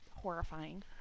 horrifying